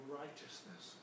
righteousness